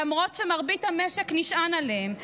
למרות שמרבית המשק נשען עליהם,